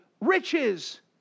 riches